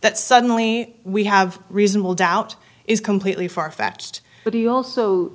that suddenly we have reasonable doubt is completely farfetched but he also